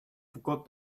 forgot